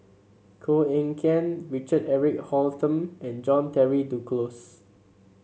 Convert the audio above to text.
Koh Eng Kian Richard Eric Holttum and John Henry Duclos